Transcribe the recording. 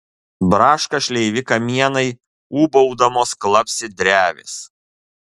braška šleivi kamienai ūbaudamos klapsi drevės